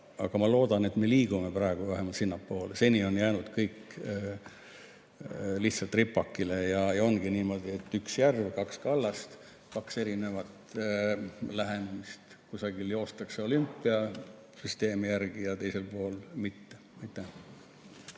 Aga ma loodan, et me liigume praegu vähemalt sinnapoole. Seni on jäänud kõik lihtsalt ripakile. Ongi niimoodi, et üks järv, kaks kallast, kaks erinevat lähenemist. Ühel pool joostakse olümpiasüsteemi järgi ja teisel pool mitte. Aitäh!